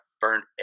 burned